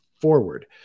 forward